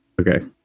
Okay